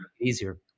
easier